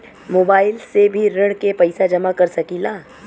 Mobile से भी ऋण के पैसा जमा कर सकी ला?